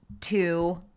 Two